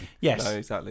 yes